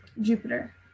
Jupiter